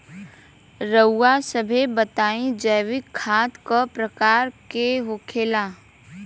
रउआ सभे बताई जैविक खाद क प्रकार के होखेला?